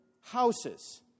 houses